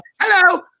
hello